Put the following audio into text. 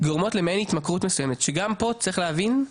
גורמות למעין התמכרות מסוימת, שגם פה צריך להבין,